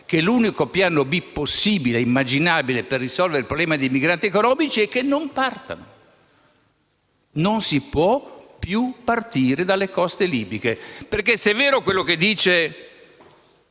alludesse - possibile e immaginabile per risolvere il problema dei migranti economici è che non partano. Non si può più partire dalle coste libiche. Se è vero quello che dice